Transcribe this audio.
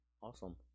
awesome